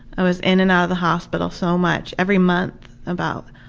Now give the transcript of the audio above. i was in and out of the hospital so much, every month about,